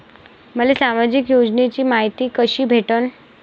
मले सामाजिक योजनेची मायती कशी भेटन?